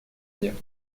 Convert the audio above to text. нефть